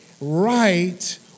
right